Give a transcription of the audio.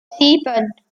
sieben